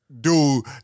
dude